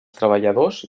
treballadors